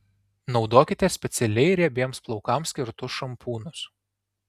naudokite specialiai riebiems plaukams skirtus šampūnus